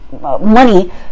money